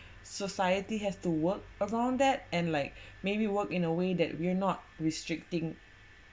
society has to work around that and like maybe work in a way that we're not restricting